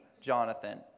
Jonathan